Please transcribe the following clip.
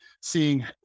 seeing